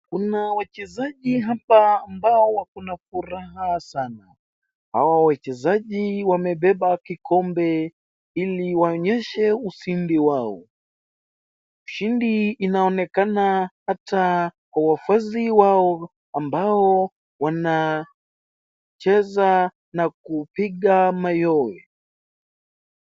Kuna wachezaji hapa ambao wako na furaha sana. Hawa wachezaji wamebeba kikombe ili waonyeshe ushindi wao. Ushindi inaonekana hata kwa wafuasi wao ambao wanacheza na kupiga mayowe.